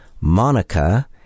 Monica